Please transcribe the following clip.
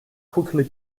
quickly